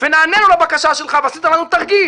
נענו לבקשה שלך ועשית לנו תרגיל